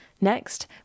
Next